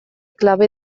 klabe